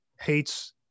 hates